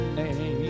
name